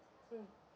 mm